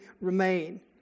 remain